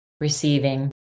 receiving